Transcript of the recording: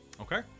Okay